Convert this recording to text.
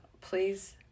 Please